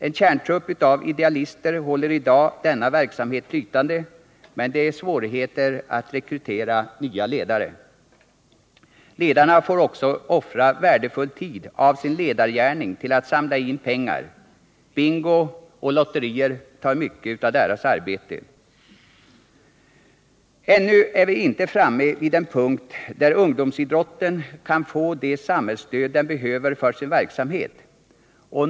En kärntrupp av idealister håller i dag denna verksamhet flytande, men det är svårigheter att rekrytera nya ledare. Ledarna får också offra värdefull tid av sin ledargärning till att samla in pengar. Bingo och lotterier kräver mycket arbete. Ännu är vi inte framme vid den punkt där ungdomsidrotten kan få det samhällsstöd den behöver för sin verksamhet.